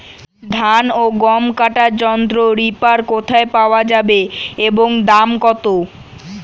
ধান ও গম কাটার যন্ত্র রিপার কোথায় পাওয়া যাবে এবং দাম কত?